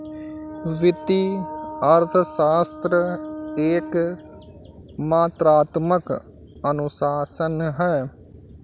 वित्तीय अर्थशास्त्र एक मात्रात्मक अनुशासन है